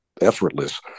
effortless